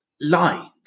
light